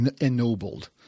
ennobled